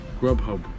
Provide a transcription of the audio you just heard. Grubhub